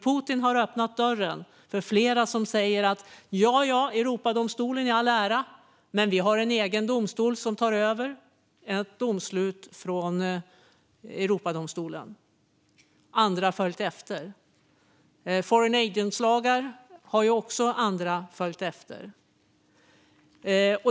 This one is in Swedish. Putin har öppnat dörren för flera som säger "jaja, Europadomstolen i all ära, men vi har en egen domstol som tar över ett domslut från Europadomstolen". Andra har följt efter. Även när det gäller foreign agents-lagar har andra följt efter.